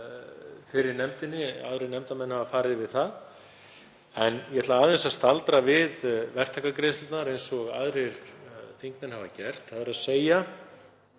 fundum nefndarinnar, aðrir nefndarmenn hafa farið yfir það, en ég ætla aðeins að staldra við verktakagreiðslurnar, eins og aðrir þingmenn hafa gert, því að það er